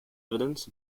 evidence